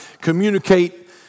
communicate